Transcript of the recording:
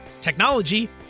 technology